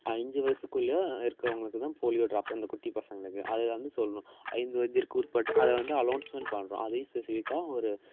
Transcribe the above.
அஞ்சு வயசுக்குள்ளேயும் இருக்கறவங்களுக்கு தான் போலியோ ட்ராப் இந்த குட்டி பசங்களுக்கு அதில் வந்து சொல்லணும் ஐந்து வயதிற்கு உட்பட்ட அதை வந்து அலோன்ஸ்மெண்ட் பண்ணுறோம் அதையும் ஸ்பெஸிஃபிக்காக ஒரு